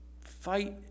fight